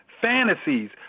fantasies